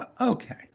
Okay